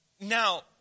Now